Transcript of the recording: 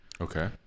okay